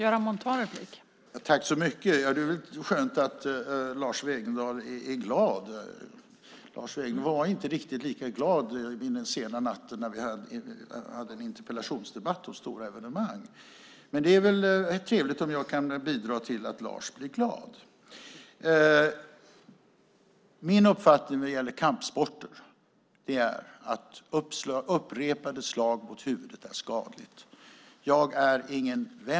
Fru talman! Jag tackar så mycket. Det är skönt att Lars Wegendal är glad. Lars Wegendal var inte riktigt lika glad den sena natten när vi hade en interpellationsdebatt om stora evenemang. Men det är väl trevligt om jag kan bidra till att Lars blir glad. Min uppfattning när det gäller kampsporter är att upprepade slag mot huvudet är skadligt.